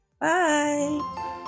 Bye